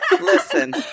Listen